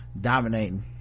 dominating